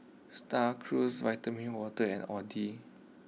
Star Cruise Vitamin Water and Audi